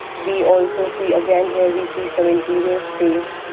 we also see again here, we see some interior space,